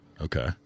Okay